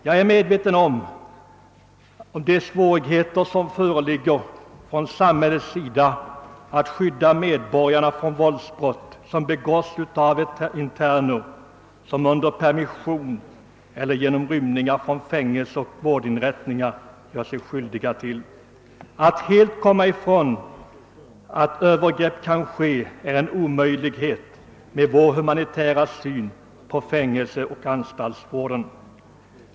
Jag är medveten om de svårigheter som föreligger för samhället att skydda medborgarna mot våldsbrott som begås av interner under permission eller efter rymning från fängelser och vårdinrättningar. Att helt komma ifrån risken för övergrepp är en omöjlighet med vår humanitära syn på fängelseoch anstaltsvården.